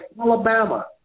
Alabama